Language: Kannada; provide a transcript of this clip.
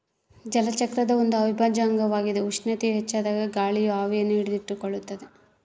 ಜಲಚಕ್ರದ ಒಂದು ಅವಿಭಾಜ್ಯ ಅಂಗವಾಗ್ಯದ ಉಷ್ಣತೆಯು ಹೆಚ್ಚಾದಾಗ ಗಾಳಿಯು ಆವಿಯನ್ನು ಹಿಡಿದಿಟ್ಟುಕೊಳ್ಳುತ್ತದ